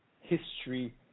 history